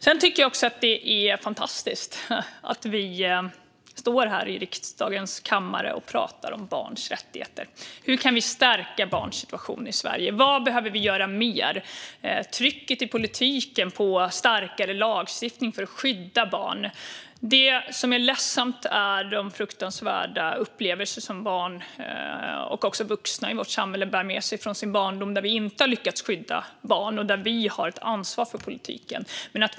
Jag tycker också att det är fantastiskt att vi står här i riksdagens kammare och pratar om barns rättigheter. Hur kan vi stärka barns situation i Sverige? Vad behöver vi göra mer? Hur trycker vi i politiken på för en starkare lagstiftning för att skydda barn? Det som är ledsamt är de fruktansvärda upplevelser som barn har och som vuxna i vårt samhälle bär med sig från sin barndom. Det handlar om lägen då vi inte har lyckats skydda barn och där vi från politikens sida har ett ansvar.